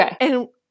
okay